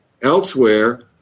elsewhere